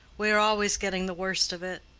we are always getting the worst of it.